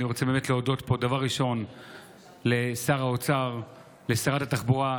אני רוצה באמת להודות פה דבר ראשון לשר האוצר ולשרת התחבורה,